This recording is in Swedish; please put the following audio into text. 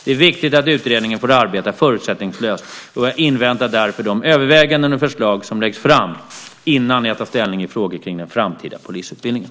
Det är viktigt att utredningen får arbeta förutsättningslöst, och jag inväntar därför de överväganden och förslag som läggs fram innan jag tar ställning i frågor kring den framtida polisutbildningen.